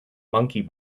monkey